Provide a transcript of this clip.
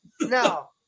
No